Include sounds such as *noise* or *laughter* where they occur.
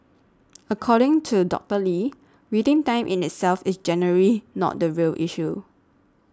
*noise* according to Doctor Lee waiting time in itself is generally not the real issue